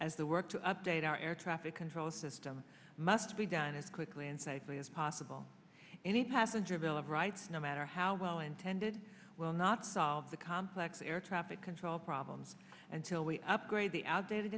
as the work to update our air traffic control system must be done as quickly and safely as possible any passenger bill of rights no matter how well intended will not solve the complex air traffic control problems until we upgrade the outdated